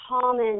common